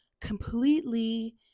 completely